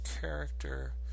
character